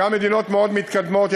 גם מדינות מתקדמות מאוד,